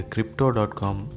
Crypto.com